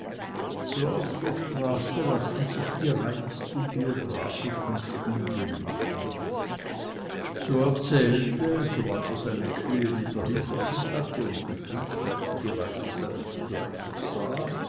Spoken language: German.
so auf der straße lassen die reichsten biographischen studien sich machen so erzählte sobald er seine kühe wieder hinter sich hatte und die friedfertige weise seines begleiters sah